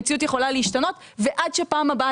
המציאות יכולה להשתנות ועד שפעם הבאה